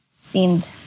seemed